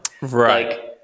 Right